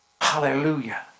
Hallelujah